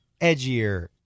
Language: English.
edgier